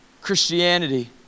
Christianity